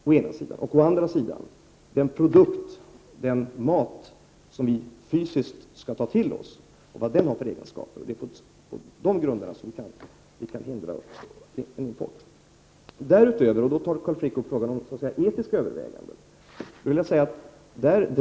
Däremot kan vi hindra import på grundval av de egenskaper som de produkter och den mat som vi fysiskt skall inta har. Carl Frick tar därutöver upp frågan om etiska överväganden.